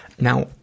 now